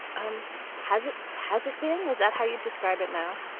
um has it. has it been. is that how you describe it now?